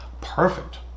perfect